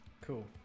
Cool